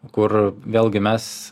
kur vėlgi mes